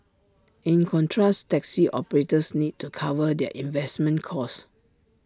in contrast taxi operators need to cover their investment costs